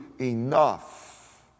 enough